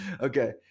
okay